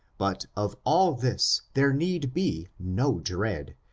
but of all this there need be no dread,